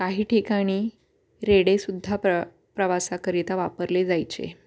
काही ठिकाणी रेडे सुद्धा प्र प्रवासाकरिता वापरले जायचे